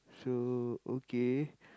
so okay